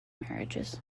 marriages